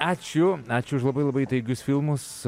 ačiū ačiū už labai labai įtaigius filmus